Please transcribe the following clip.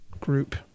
group